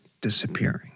disappearing